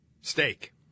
Steak